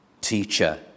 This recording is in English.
teacher